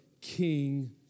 King